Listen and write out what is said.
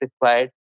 required